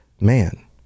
man